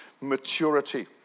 maturity